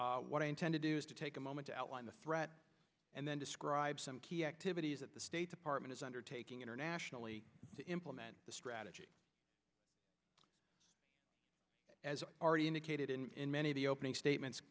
what i intend to do is to take a moment to outline the threat and then describe some key activities at the state department is undertaking internationally to implement the strategy as i already indicated in many of the opening statements